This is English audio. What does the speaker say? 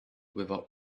without